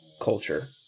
culture